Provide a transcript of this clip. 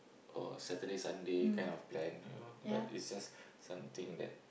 or Saturday Sunday kind of plan you know but it's just something that